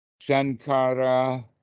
Sankara